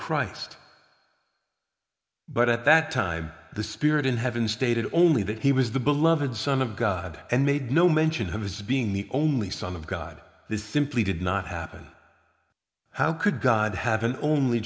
christ but at that time the spirit in heaven stated only that he was the beloved son of god and made no mention of his being the only son of god this simply did not happen how could god have an only